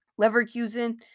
Leverkusen